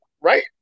right